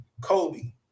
Kobe